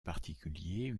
particuliers